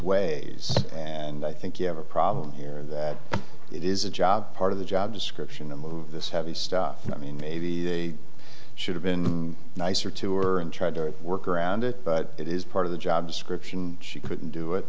ways and i think you have a problem here that it is a job part of the job description and move this heavy stuff and i mean maybe they should have been nicer to her and tried to work around it but it is part of the job description she couldn't do it